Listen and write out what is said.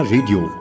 Radio